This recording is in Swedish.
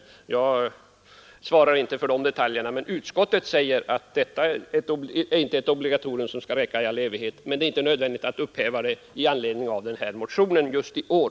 Jag svarar inte för de detaljerna. Utskottet säger alltså att det inte är ett obligatorium som skall räcka i all evighet, men det är inte nödvändigt att upphäva det i anledning av den här motionen just i år.